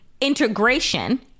integration